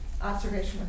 observation